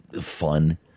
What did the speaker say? fun